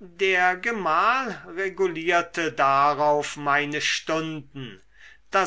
der gemahl regulierte darauf meine stunden